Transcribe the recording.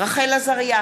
רחל עזריה,